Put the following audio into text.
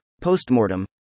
Postmortem